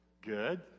good